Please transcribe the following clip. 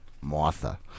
Martha